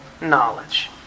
knowledge